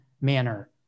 manner